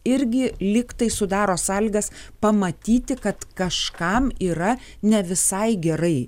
irgi lygtai sudaro sąlygas pamatyti kad kažkam yra ne visai gerai